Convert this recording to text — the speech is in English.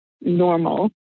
normal